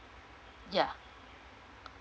ya